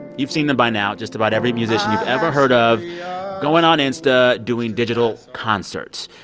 you've seen them by now. just about every musician you've ever heard of going on insta, doing digital concerts.